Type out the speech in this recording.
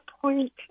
point